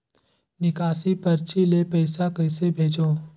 निकासी परची ले पईसा कइसे भेजों?